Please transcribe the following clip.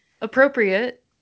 Appropriate